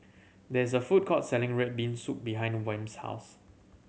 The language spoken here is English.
there is a food court selling red bean soup behind Wm's house